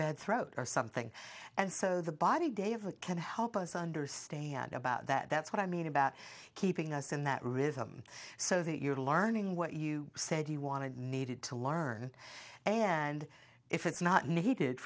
bad throat or something and so the body deva can help us understand about that that's what i mean about keeping us in that rhythm so that you're learning what you said you wanted needed to learn and if it's not needed